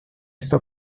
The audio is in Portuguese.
está